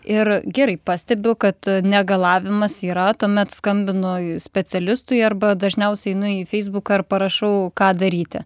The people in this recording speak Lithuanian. ir gerai pastebiu kad negalavimas yra tuomet skambinu specialistui arba dažniausiai einu į feisbuką ir parašau ką daryti